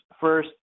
First